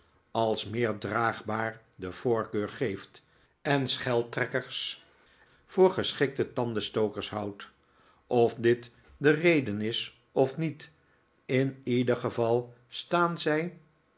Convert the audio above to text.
als meer draagbaar de voorkeur geeft en scheltrekkers voor geschikte tandenstokers houdt of dit de reden is of niet in ieder geval staan zij